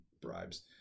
bribes